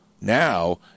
now